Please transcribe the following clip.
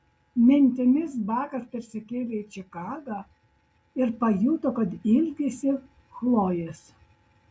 mintimis bakas persikėlė į čikagą ir pajuto kad ilgisi chlojės